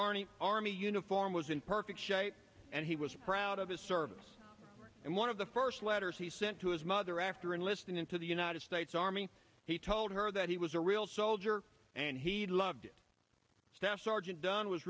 arni army uniform was in perfect shape and he was proud of his service and one of the first letters he sent to his mother after enlisting into the united states army he told her that he was a real soldier and he loved staff sergeant dunn was